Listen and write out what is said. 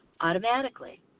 automatically